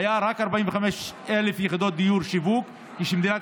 היו רק 45,000 יחידות דיור לשיווק כשמדינת